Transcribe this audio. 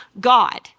God